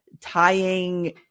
tying